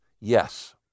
Yes